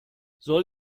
soll